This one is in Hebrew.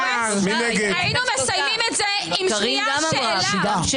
היינו מסיימים את זה עם שנייה של שאלה.